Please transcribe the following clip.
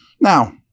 Now